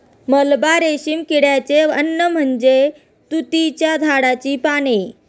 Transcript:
मलबा रेशीम किड्याचे अन्न म्हणजे तुतीच्या झाडाची पाने